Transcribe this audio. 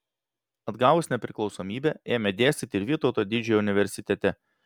atgavus nepriklausomybę ėmė dėstyti ir vytauto didžiojo universitete